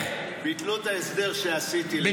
ביטלו את ההסדר שעשיתי, לצערי.